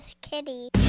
kitty